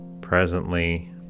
Presently